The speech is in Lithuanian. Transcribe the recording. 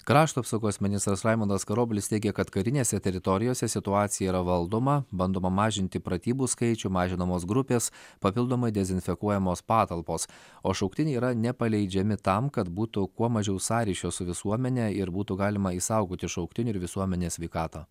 krašto apsaugos ministras raimundas karoblis teigė kad karinėse teritorijose situacija yra valdoma bandoma mažinti pratybų skaičių mažinamos grupės papildomai dezinfekuojamos patalpos o šauktiniai yra nepaleidžiami tam kad būtų kuo mažiau sąryšio su visuomene ir būtų galima išsaugoti šauktinių ir visuomenės sveikatą